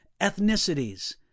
ethnicities